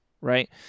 right